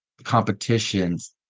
competitions